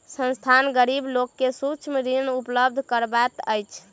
संस्थान, गरीब लोक के सूक्ष्म ऋण उपलब्ध करबैत अछि